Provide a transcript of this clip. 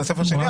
מהספר שלי.